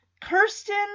Kirsten